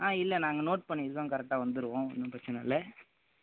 ஆ இல்லை நாங்கள் நோட் பண்ணிக்கிறோம் கரெக்டாக வந்துவிடுவோம் ஒன்றும் பிரச்சனை இல்லை